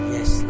Yes